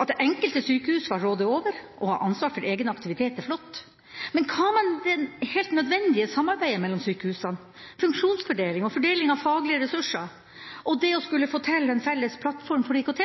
At det enkelte sykehus skal råde over og ha ansvar for egen aktivitet, er flott, men hva med det helt nødvendige samarbeidet mellom sykehusene, funksjonsfordeling og fordeling av faglige ressurser og det å skulle få til en felles plattform for IKT?